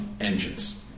engines